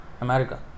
America